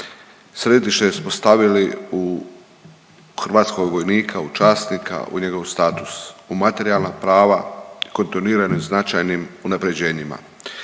središte smo stavili u hrvatskog vojnika, u časnika, u njegov status, u materijalna prava, kontinuiranim i značajnim unaprjeđenjima.